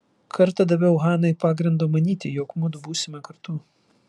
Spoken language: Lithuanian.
kartą daviau hanai pagrindo manyti jog mudu būsime kartu